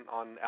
on